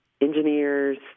Engineers